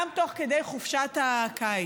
גם תוך כדי חופשת הקיץ.